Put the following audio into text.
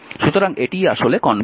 সুতরাং এটি আসলে কনভেনশন